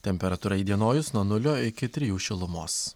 temperatūra įdienojus nuo nulio iki trijų šilumos